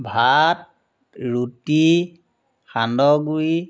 ভাত ৰুটি সান্দহগুড়ি